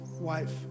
wife